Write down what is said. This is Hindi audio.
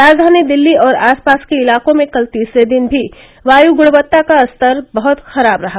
राजधानी दिल्ली और आसपास के इलाकों में कल तीसरे दिन भी वायु गुणवत्ता का स्तर बहुत खराब रहा